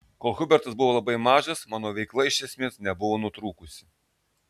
kol hubertas buvo labai mažas mano veikla iš esmės nebuvo nutrūkusi